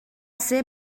ser